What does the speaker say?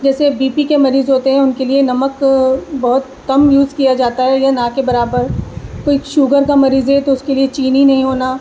جیسے B P کے مریض ہوتے ہیں ان کے لیے نمک بہت کم یوز کیا جاتا ہے یا نہ کے برابر کوئی شوگر کا مریض ہے تو اس کے لیے چینی نہیں ہونا